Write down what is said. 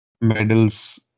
medals